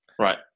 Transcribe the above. Right